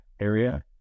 area